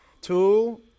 two